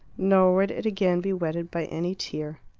nor would it again be wetted by any tear.